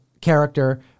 character